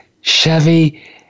Chevy